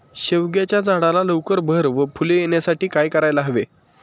शेवग्याच्या झाडाला लवकर बहर व फूले येण्यासाठी काय करायला हवे?